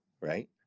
right